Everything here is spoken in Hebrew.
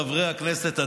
חברי הכנסת,